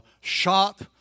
shot